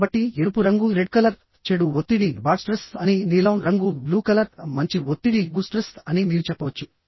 కాబట్టి ఎరుపు రంగు చెడు ఒత్తిడి అని నీలం రంగు మంచి ఒత్తిడి అని మీరు చెప్పవచ్చు